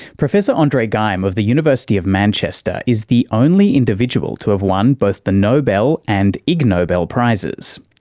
professor andre geim of the university of manchester is the only individual to have won both the nobel and ig nobel prizes.